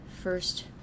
first